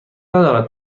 ندارد